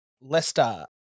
Leicester